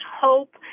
hope